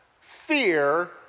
fear